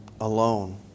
alone